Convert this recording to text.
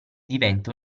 diventa